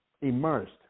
immersed